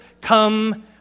come